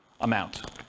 amount